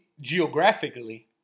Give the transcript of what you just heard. geographically